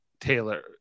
taylor